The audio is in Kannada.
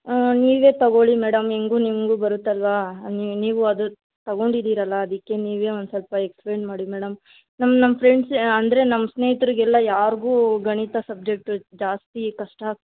ನೀವೇ ತಗೋಳಿ ಮೇಡಮ್ ಹೇಗೂ ನಿಮಗೂ ಬರುತ್ತಲ್ವ ನೀವು ನೀವು ಅದು ತಗೊಂಡಿದೀರಲ್ಲ ಅದಕ್ಕೆ ನೀವೇ ಒಂದುಸ್ವಲ್ಪ ಎಕ್ಸ್ಪ್ಲೇನ್ ಮಾಡಿ ಮೇಡಮ್ ನಮ್ಮ ನಮ್ಮ ಫ್ರೆಂಡ್ಸ್ ಅಂದರೆ ನಮ್ಮ ಸ್ನೇಹಿತ್ರಿಗೆಲ್ಲ ಯಾರಿಗೂ ಗಣಿತ ಸಬ್ಜೆಕ್ಟ್ ಜಾಸ್ತಿ ಕಷ್ಟ ಆಗ್ತಿದೆ ಮೇಡಮ್